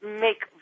make